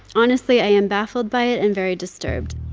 honestly, i am baffled by it and very disturbed.